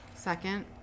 Second